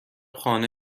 خانه